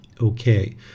Okay